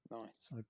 Nice